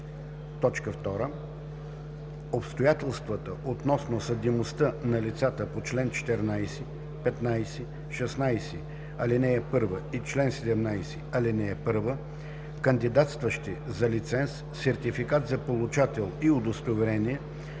и 2. (2) Обстоятелствата относно съдимостта на лицата по чл. 14, 15, 16, ал. 1 и чл. 17, ал. 1, кандидатстващи за лиценз, сертификат за получател и удостоверение,